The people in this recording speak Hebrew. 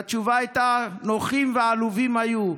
והתשובה הייתה: נוחים ועלובים היו,